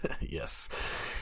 Yes